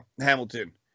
Hamilton